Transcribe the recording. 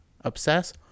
obsess